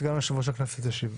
סגן יושב ראש הכנסת ישיב.